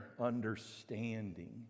understanding